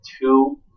Two